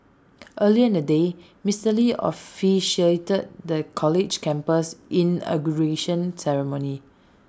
earlier in the day Mister lee officiated the college's campus inauguration ceremony